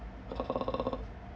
uh